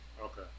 Okay